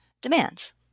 demands